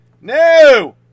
No